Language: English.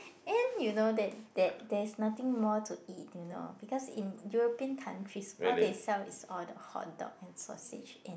and you know that that there is nothing more to eat you know because in European countries all they sell is all the hotdog and sausage and